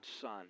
son